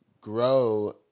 grow